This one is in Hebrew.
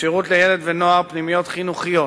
לשירות לילד ולנוער פנימיות חינוכיות,